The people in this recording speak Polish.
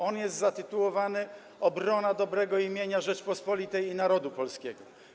On jest zatytułowany: Obrona dobrego imienia Rzeczypospolitej i narodu polskiego.